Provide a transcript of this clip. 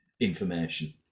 information